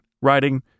writing